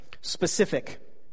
Specific